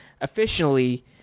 officially